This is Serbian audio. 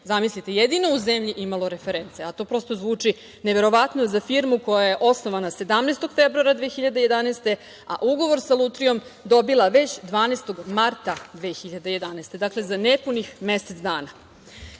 preduzeće jedino u zemlji imalo reference. To prosto zvuči neverovatno za firmu koja je osnovana 17. februara 2011. godine, a ugovor sa lutrijom dobila već 12. marta 2011. godine. Dakle, za nepunih mesec